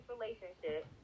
relationship